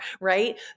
right